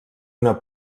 una